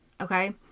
Okay